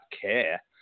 care